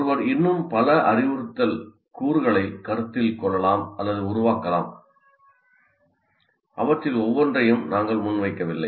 ஒருவர் இன்னும் பல அறிவுறுத்தல் கூறுகளைக் கருத்தில் கொள்ளலாம் அல்லது உருவாக்கலாம் அவற்றில் ஒவ்வொன்றையும் நாங்கள் முன்வைக்கவில்லை